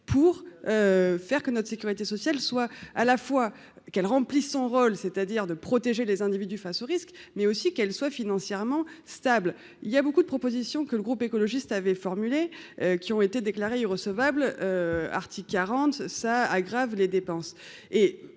pour faire que notre sécurité sociale, soit à la fois qu'elle remplisse son rôle, c'est-à-dire de protéger les individus face au risque, mais aussi qu'elle soit financièrement stable, il y a beaucoup de propositions que le groupe écologiste avait formulé qui ont été déclarés recevables Arctique quarante ça aggrave les dépenses